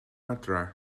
adra